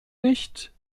nicht